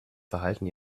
verhalten